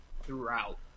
throughout